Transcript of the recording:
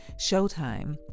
Showtime